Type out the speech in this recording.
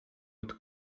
with